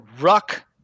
ruck –